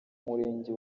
murenge